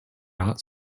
not